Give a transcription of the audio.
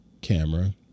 camera